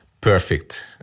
perfect